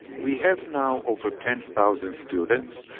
we have now over ten thousand students,